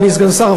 אדוני סגן השר,